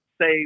say